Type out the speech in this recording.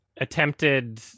attempted